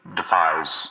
defies